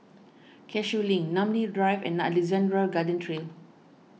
Cashew Link Namly Drive and Alexandra Road Garden Trail